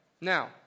now